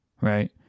right